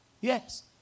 Yes